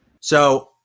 So-